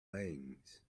lanes